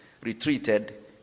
retreated